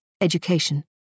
education